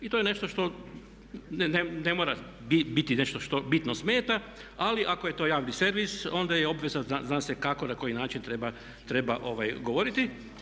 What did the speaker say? I to je nešto što ne mora biti nešto što bitno smeta, ali ako je to javni servis onda je obveza zna se kako, na koji način treba govoriti.